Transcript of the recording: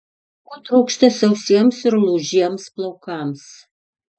ko trūksta sausiems ir lūžiems plaukams